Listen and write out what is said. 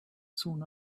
soon